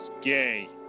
gay